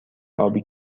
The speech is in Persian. آبی